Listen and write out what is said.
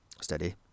Steady